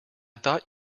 thought